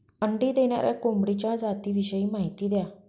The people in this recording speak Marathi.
अंडी देणाऱ्या कोंबडीच्या जातिविषयी माहिती द्या